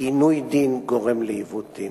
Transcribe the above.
כי עינוי דין גורם לעיוות דין,